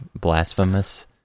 blasphemous